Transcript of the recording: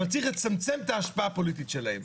אבל צריך לצמצם את ההשפעה הפוליטית שלהם.